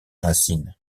racines